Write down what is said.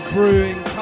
Brewing